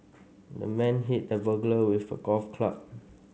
the man hit the burglar with a golf club